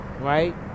right